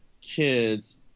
kids